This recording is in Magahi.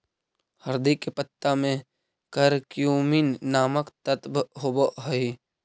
हरदी के पत्ता में करक्यूमिन नामक तत्व होब हई